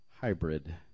hybrid